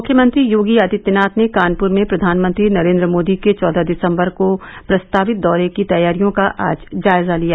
मुख्यमंत्री योगी आदित्यनाथ ने कानपुर में प्रधानमंत्री नरेंद्र मोदी के चौदह दिसम्बर को प्रस्तावित दौरे की तैयारियों का आज जायजा लिया